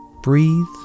breathe